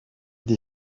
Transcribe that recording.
des